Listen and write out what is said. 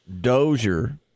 Dozier